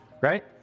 right